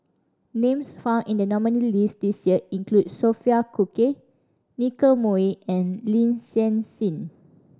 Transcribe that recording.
names found in the nominees' list this year include Sophia Cooke Nicky Moey and Lin San Hsin